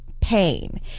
pain